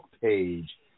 page